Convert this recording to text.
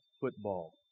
football